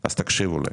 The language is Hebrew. אז תקשיבו להם.